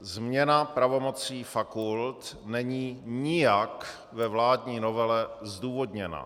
Změna pravomocí fakult není nijak ve vládní novele zdůvodněna.